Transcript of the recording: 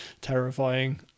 terrifying